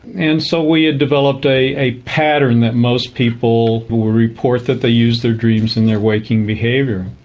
and so we had developed a pattern that most people will report that they use their dreams in their waking behaviour.